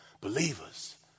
Believers